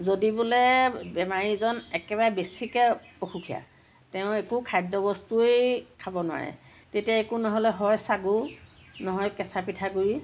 যদি বোলে বেমাৰীজন একেবাৰে বেছিকে অসুখীয়া তেওঁ একো খাদ্য় বস্তুয়েই খাব নোৱাৰে তেতিয়া একো নহ'লে হয় চাগু নহয় কেঁচা পিঠাগুৰি